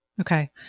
Okay